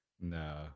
No